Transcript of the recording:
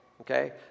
okay